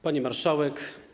Pani Marszałek!